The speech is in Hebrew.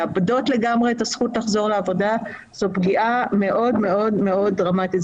מאבדות לגמרי את הזכות לחזור לעבודה וזאת פגיעה מאוד מאוד דרמטית.